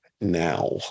now